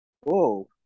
whoa